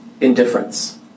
indifference